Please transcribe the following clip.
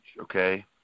okay